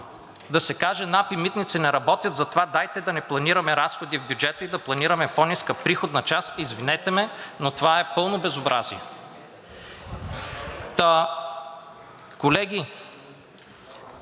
да се каже НАП и „Митници“ не работят, затова дайте да не планираме разходи в бюджета и да планираме по-ниска приходна част. Извинете ме, но това е пълно безобразие!